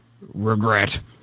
Regret